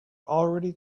already